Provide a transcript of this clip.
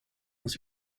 was